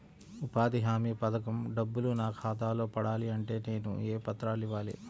ఉపాధి హామీ పథకం డబ్బులు నా ఖాతాలో పడాలి అంటే నేను ఏ పత్రాలు ఇవ్వాలి?